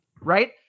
right